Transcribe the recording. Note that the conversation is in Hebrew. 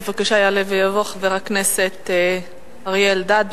בבקשה, יעלה ויבוא חבר הכנסת אריה אלדד.